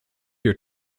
your